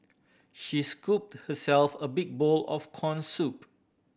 she scooped herself a big bowl of corn soup